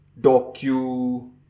docu